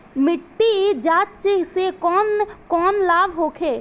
मिट्टी जाँच से कौन कौनलाभ होखे?